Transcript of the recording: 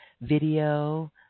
video